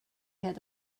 had